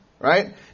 right